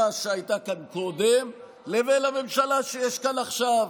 שהייתה כאן קודם לבין הממשלה שיש כאן עכשיו.